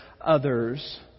others